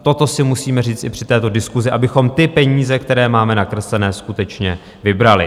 Toto si musíme říct i při této diskusi, abychom ty peníze, které máme nakreslené, skutečně vybrali.